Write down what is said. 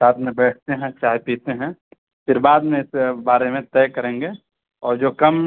ساتھ میں بیٹھتے ہیں چائے پیتے ہیں پھر بعد میں اس بارے میں طے کریں گے اور جو کم